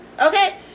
okay